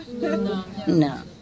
No